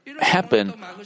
happen